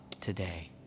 today